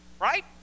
Right